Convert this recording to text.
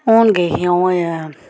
हून गै हे अज्जे